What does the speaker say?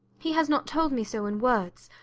he has not told me so in words.